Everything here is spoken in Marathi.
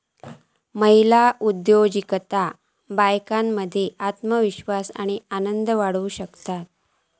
महिला उद्योजिकतेतना बायकांमध्ये आत्मविश्वास आणि आनंद वाढू शकता